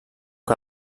que